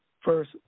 first